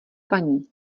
paní